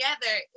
together